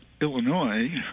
Illinois